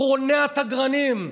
אחרוני התגרנים?